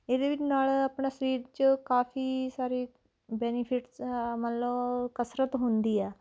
ਇਹਦੇ ਵਿੱਚ ਨਾਲ ਆਪਣਾ ਸਰੀਰ 'ਚ ਕਾਫੀ ਸਾਰੇ ਬੈਨੀਫਿਟਸ ਆ ਮਤਲਬ ਕਸਰਤ ਹੁੰਦੀ ਆ